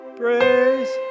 praise